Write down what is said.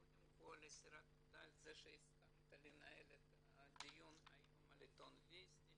קודם כל אני אסירת תודה על כך שהסכמת לנהל את הדיון היום על עיתון וסטי